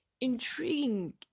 intriguing